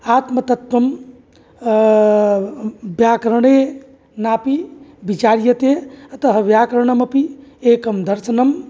आत्मतत्त्वं व्याकरणे नापि विचार्यते अतः व्याकरणमपि एकं दर्शनं